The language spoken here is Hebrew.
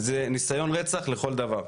זה ניסיון רצח לכל דבר,